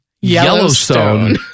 Yellowstone